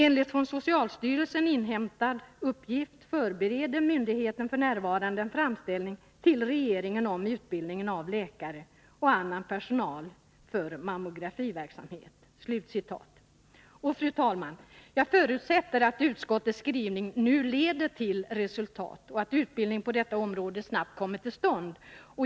Enligt från socialstyrelsen inhämtad uppgift förbereder myndigheten f. n. en framställning till regeringen om utbildning av läkare och annan personal för mammografiverksamhet.” Fru talman! Jag förutsätter att utskottets skrivning nu leder till resultat och att utbildning på detta område snabbt kommer till stånd.